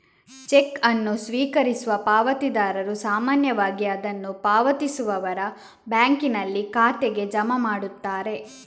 check ಅನ್ನು ಸ್ವೀಕರಿಸುವ ಪಾವತಿದಾರರು ಸಾಮಾನ್ಯವಾಗಿ ಅದನ್ನು ಪಾವತಿಸುವವರ ಬ್ಯಾಂಕಿನಲ್ಲಿ ಖಾತೆಗೆ ಜಮಾ ಮಾಡುತ್ತಾರೆ